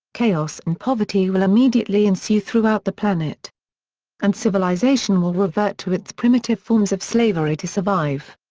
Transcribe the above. chaos and poverty will immediately ensue throughout the planet and civilization will revert to its primitive forms of slavery to survive.